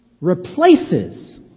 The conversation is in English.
replaces